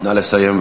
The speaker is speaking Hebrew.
נא לסיים.